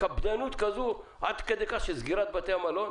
בקפדנות כזאת עד כדי סגירת בתי מלון.